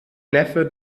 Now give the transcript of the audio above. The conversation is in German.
neffe